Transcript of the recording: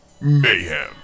Mayhem